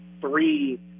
three